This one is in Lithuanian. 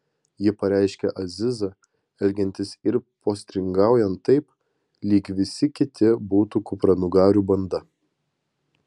ji pareiškė azizą elgiantis ir postringaujant taip lyg visi kiti būtų kupranugarių banda